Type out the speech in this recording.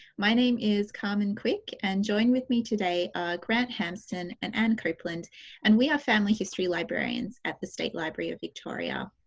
my name is carmen quick and joining with me today are grant hamston and ann copeland and we are family history librarians at the state library of victoria.